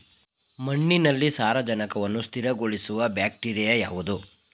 ಮಣ್ಣಿನಲ್ಲಿ ಸಾರಜನಕವನ್ನು ಸ್ಥಿರಗೊಳಿಸುವ ಬ್ಯಾಕ್ಟೀರಿಯಾ ಯಾವುದು?